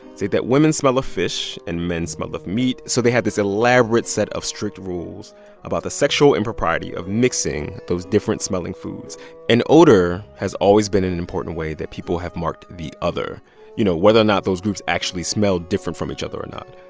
state that women smell of fish and men smell of meat. so they had this elaborate set of strict rules about the sexual impropriety of mixing those different-smelling and foods and odor has always been an an important way that people have marked the other you know, whether or not those groups actually smelled different from each other or not.